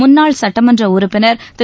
முன்னாள் சுட்டமன்ற உறுப்பினர் திரு